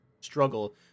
struggle